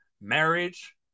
marriage